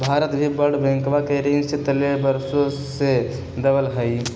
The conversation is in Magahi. भारत भी वर्ल्ड बैंकवा के ऋण के तले वर्षों से दबल हई